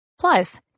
Plus